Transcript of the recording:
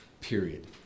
period